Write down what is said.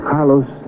Carlos